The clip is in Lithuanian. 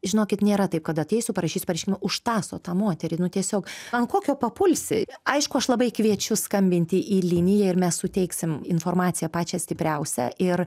žinokit nėra taip kad ateisiu parašysiu pareiškimą už tąso tą moterį nu tiesiog ant kokio papulsi aišku aš labai kviečiu skambinti į liniją ir mes suteiksim informaciją pačią stipriausią ir